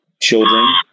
children